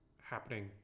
happening